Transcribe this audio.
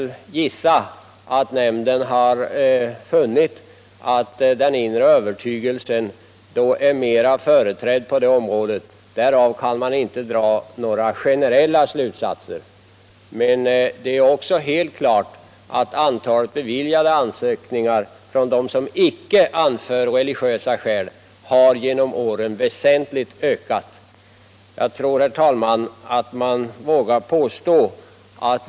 Jag gissar att nämnden har funnit att den inre övertygelsen är mera företrädd i de religiösa fallen, men därav kan man inte dra några generella slutsatser. Helt klart är också att antalet beviljade ansökningar från dem som inte anfört religiösa skäl har ökat väsentligt under åren.